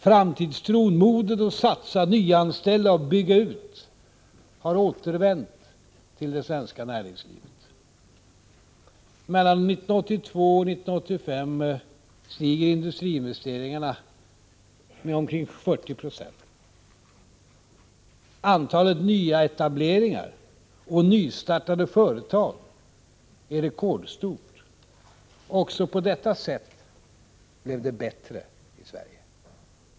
Framtidstron, modet att satsa, nyanställa och bygga ut har återvänt till det svenska näringslivet. Mellan 1982 och 1985 stiger industriinvesteringarna med omkring 40 26. Antalet nyetableringar och nystartade företag är rekordstort. — Också på detta sätt blev det bättre i Sverige.